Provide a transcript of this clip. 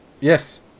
Yes